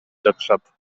жатышат